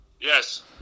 Yes